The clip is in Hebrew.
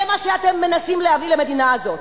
זה מה שאתם מנסים להביא למדינה הזאת,